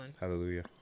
hallelujah